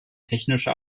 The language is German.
technische